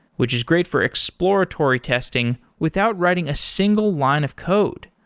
which is great for exploratory testing without writing a single line of code.